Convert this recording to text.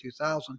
2000